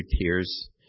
tears